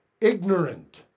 ignorant